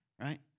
right